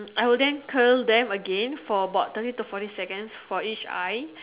I will then Curl them again for about thirty to forty seconds for each eye